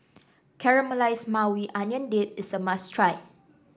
Caramelized Maui Onion Dip is a must try